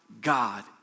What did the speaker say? God